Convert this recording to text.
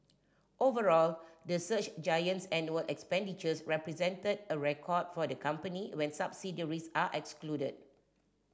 overall the search giant's annual expenditures represented a record for the company when subsidiaries are excluded